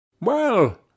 Well